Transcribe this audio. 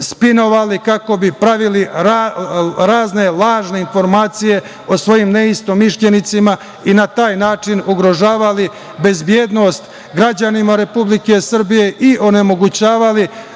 i pravili razne lažne informacije o svojim neistomišljenicima i na taj način ugrožavali bezbednost građanima Republike Srbije i onemogućavali